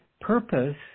purpose